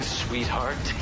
sweetheart